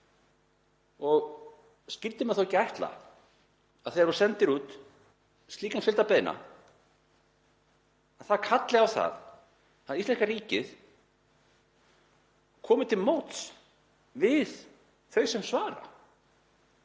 og skyldi maður þá ekki ætla að þegar þú sendir út slíkan fjölda beiðna þá kalli það á að íslenska ríkið komi til móts við þau sem svara?